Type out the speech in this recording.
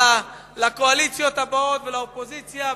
לקואליציות הבאות ולאופוזיציה.